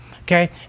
Okay